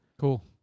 Cool